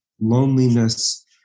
loneliness